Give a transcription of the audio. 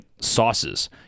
sauces